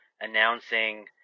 announcing